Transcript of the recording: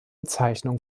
bezeichnung